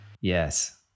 Yes